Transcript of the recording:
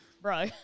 bro